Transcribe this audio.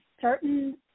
certain